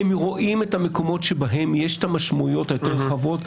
הם רואים את המקומות שבהם יש משמעויות יותר רחבות,